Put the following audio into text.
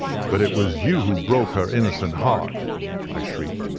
but it was you who broke her innocent heart i shrieked,